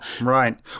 right